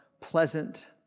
pleasant